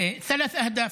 תודה.